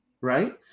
right